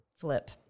flip